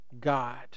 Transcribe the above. God